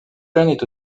est